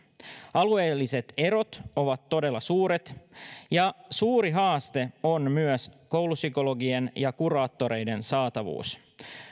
alueelliset erot ovat todella suuret ja suuri haaste on myös koulupsykologien ja kuraattoreiden saatavuus